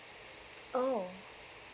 oh